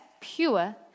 pure